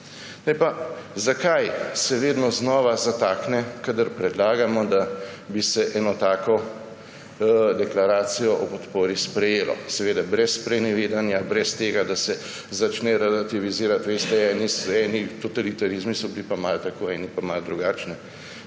oboje. Zakaj se vedno znova zatakne, kadar predlagamo, da bi se eno tako deklaracijo o podpori sprejelo? Seveda brez sprenevedanja, brez tega, da se začne relativizirati, veste, eni totalitarizmi so bili pa malo tako, eni pa malo drugačni,